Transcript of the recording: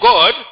God